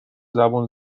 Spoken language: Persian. زبون